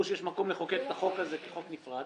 שיש מקום לחוקק את החוק הזה כחוק נפרד